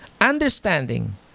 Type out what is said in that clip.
understanding